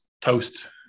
toast